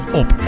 op